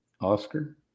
Oscar